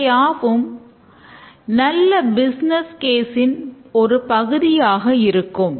இவையாவும் நல்ல business case ன் ஒரு பகுதியாக இருக்கும்